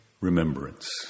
remembrance